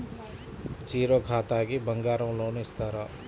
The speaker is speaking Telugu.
జీరో ఖాతాకి బంగారం లోన్ ఇస్తారా?